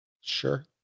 Sure